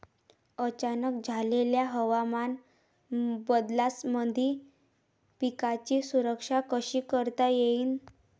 अचानक झालेल्या हवामान बदलामंदी पिकाची सुरक्षा कशी करता येईन?